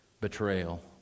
betrayal